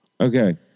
Okay